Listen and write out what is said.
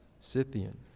Scythian